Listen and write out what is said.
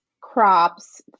crops